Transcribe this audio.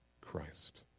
Christ